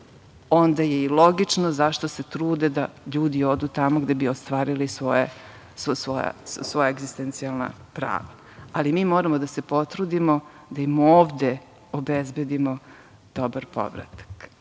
onda je i logično zašto se trude da ljudi odu tamo da bi ostvarili sva svoja egzistencionalna prava, ali mi moramo da se potrudimo da im ovde obezbedimo dobar povratak. Imala